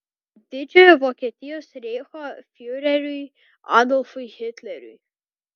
didžiojo vokietijos reicho fiureriui adolfui hitleriui